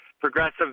progressive